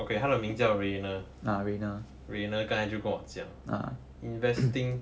okay 他的名叫 reina reina 刚才就跟我讲 investing